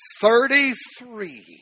Thirty-three